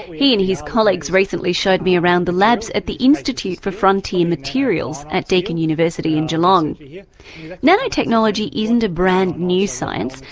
he and his colleagues recently showed me around the labs at the institute for frontier materials at deakin university in geelong. nanotechnology yeah nanotechnology isn't a brand-new science.